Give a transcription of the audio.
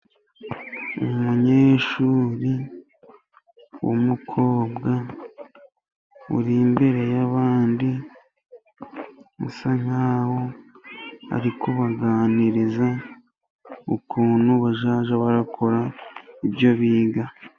Umunyeshuri w'umukobwa uri imbere y'abandi, bisa nk'aho ari kubaganiriza ukuntu bazajya bakora ibyo biga.